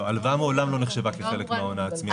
לא, הלוואה מעולם לא נחשבה כחלק מההון העצמי.